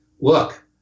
look